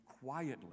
quietly